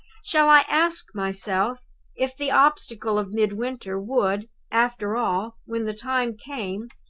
shall i ask myself if the obstacle of midwinter would, after all, when the time came,